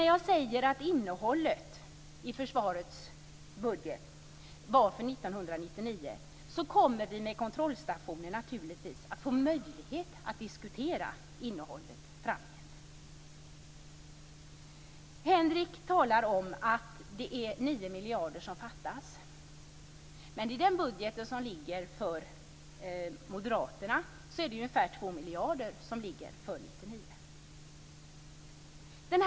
När jag säger att innehållet i försvarets budget var för 1999 kommer vi naturligtvis att med kontrollstationer få möjlighet att diskutera innehållet framgent. Henrik Landerholm säger att det är 9 miljarder som fattas. Men i den budget som ligger för moderaterna är det ungefär 2 miljarder för 1999.